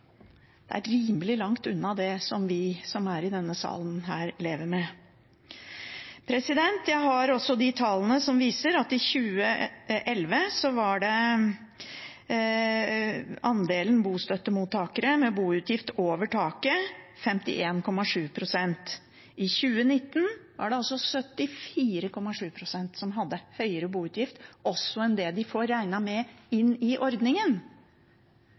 Det er rimelig langt unna det vi i denne salen lever med. Jeg har også tall som viser at i 2011 var andelen bostøttemottakere med boutgifter over taket på 51,7 pst. I 2019 var det 74,7 pst. som hadde høyere boutgifter enn det de får regnet med i ordningen.